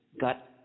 got